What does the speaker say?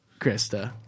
Krista